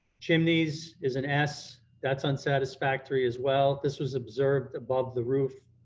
chimneys is an s, that's on satisfactory as well. this was observed above the roof,